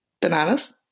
Bananas